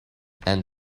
and